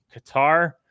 Qatar